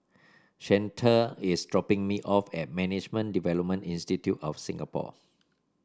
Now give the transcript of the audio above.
Chante is dropping me off at Management Development Institute of Singapore